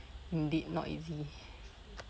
did not easy